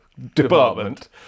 department